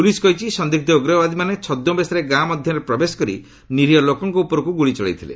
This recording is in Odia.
ପୁଲିସ୍ କହିଛି ସନ୍ଦିଗ୍ଧ ଉଗ୍ରବାଦୀମାନେ ଛଦ୍ମବେଶରେ ଗାଁ ମଧ୍ୟରେ ପ୍ରବେଶ କରି ନିରୀହ ଲୋକଙ୍କ ଉପରକୁ ଗୁଳି ଚଳାଇଥିଲେ